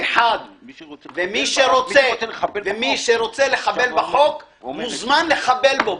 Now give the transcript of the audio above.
ומי שרוצה לחבל בחוק, מוזמן לחבל בו.